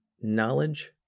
knowledge